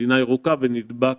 ממדינה ירוקה ונדבק